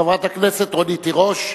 חברת הכנסת רונית תירוש.